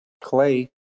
Clay